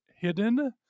hidden